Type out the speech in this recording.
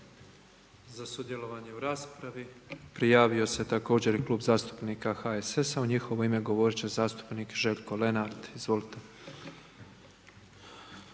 Za sudjelovanje u raspravi prijavio se također i Klub zastupnika HSS-a u njihovo ime govoriti će zastupnik Željko Lenart, izvolite.